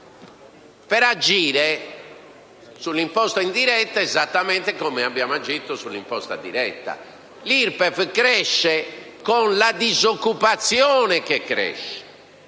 per agire sull'imposta indiretta esattamente come abbiamo agito sull'imposta diretta. L'IRPEF cresce con la disoccupazione che cresce.